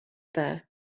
there